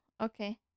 Okay